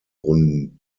runden